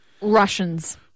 Russians